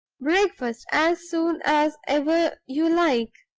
breakfast as soon as ever you like.